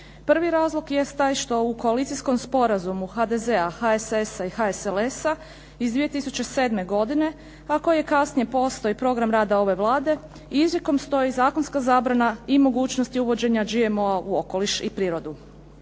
Prvi razlog jest taj što u koalicijskom sporazumu HDZ-a, HSS-a i HSLS-a iz 2007. godine, a koji je kasnije postao i program rada ove Vlade, izrijekom stoji zakonska zabrana i mogućnosti uvođenja GMO-a u okoliš i prirodu.